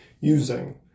using